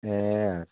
ए अँ